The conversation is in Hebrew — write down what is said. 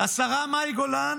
השרה מאי גולן